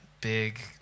big